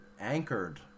anchored